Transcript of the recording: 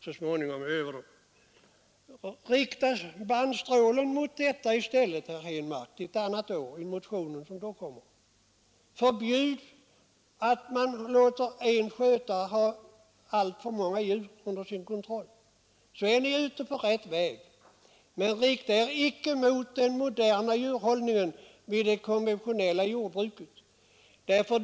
Rikta i stället bannstrålen mot detta till ett annat år, herr Henmark! Förbjud att djurskötare har alltför många djur att ta hand om! Rikta er icke mot den moderna djurhållningen i det konventionella jordbruket!